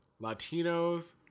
Latinos